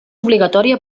obligatòria